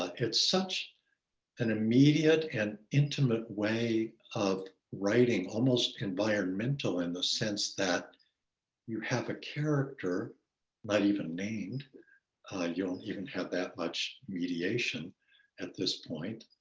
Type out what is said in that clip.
ah it's such an immediate and intimate way of writing almost environmental in the sense that you have a character not even named, you don't even have that much mediation at this point,